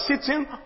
sitting